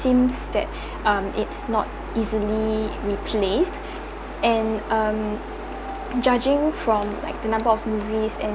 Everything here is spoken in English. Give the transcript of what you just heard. seems that um it's not easily replaced and um judging from like the number of movies and